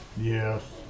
Yes